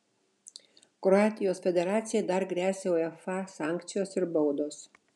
kroatijos federacijai dar gresia uefa sankcijos ir baudos